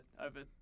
over